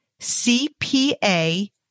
CPA